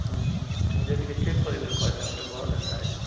ହୁଁ ଯେ ଟିକେ ଚେକ୍ କରି କିରି କହି ଥିଲେ ଭଲ୍ ହେତା ଆଜ୍ଞା